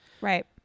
Right